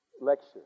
lecture